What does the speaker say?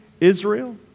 Israel